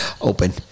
Open